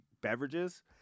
beverages